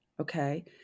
okay